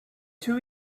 two